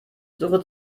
suche